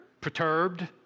perturbed